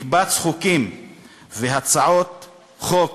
מקבץ חוקים והצעות חוק